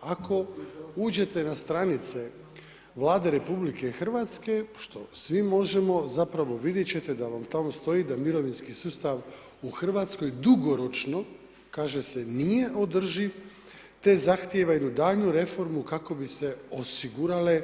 Ako uđete na stranice Vlade RH, što svi možemo zapravo vidjeti ćete da vam tamo stoji da mirovinski sustav u Hrvatskoj dugoročno kaže se nije održiv te zahtjeva jednu daljnju reformu kako bi se osigurale